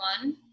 one